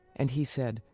and he said,